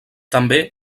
també